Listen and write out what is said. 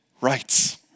rights